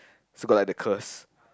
so got like the curse